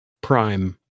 prime